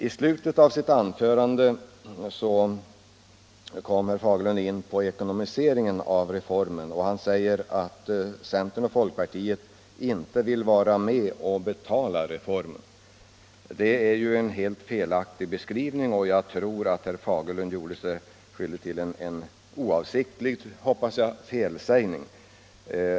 I slutet av sitt anförande kom herr Fagerlund sedan in på ekonomiseringen av reformen och sade att centern och folkpartiet inte vill vara med och betala reformen. Det är ju en helt felaktig beskrivning. Jag tror att herr Fagerlund där gjorde sig skyldig till en, hoppas jag, oavsiktlig felsägning.